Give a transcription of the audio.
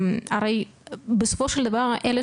הרי בסופו של דבר אלה